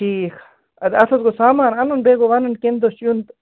ٹھیٖک اَدٕ اَتھ حظ گوٚو سامان اَنُن بیٚیہِ گوٚو وَنُن کَمہٕ دۄہ چھُ یُن